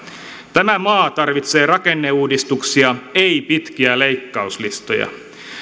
tämä maa tarvitsee rakenneuudistuksia ei pitkiä leikkauslistoja